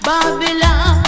Babylon